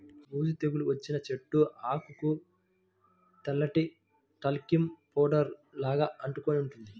బూజు తెగులు వచ్చిన చెట్టు ఆకులకు తెల్లటి టాల్కమ్ పౌడర్ లాగా అంటుకొని ఉంటుంది